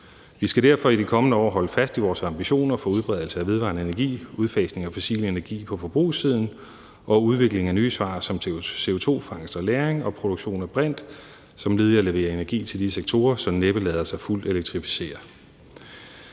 Vi skal derfor i de kommende år holde fast i vores ambitioner om udbredelse af vedvarende energi, udfasning af fossil energi på forbrugssiden og udvikling af nye svar som CO2-fangst og -lagring og produktion af brint som led i at levere energi til de sektorer, som næppe lader sig fuldt elektrificere.